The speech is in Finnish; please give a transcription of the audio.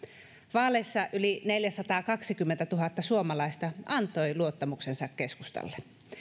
vaaleissa yli neljäsataakaksikymmentätuhatta suomalaista antoi luottamuksensa keskustalle